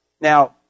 Now